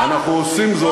אנחנו עושים זאת,